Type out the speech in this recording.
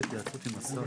הישיבה ננעלה בשעה